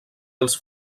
els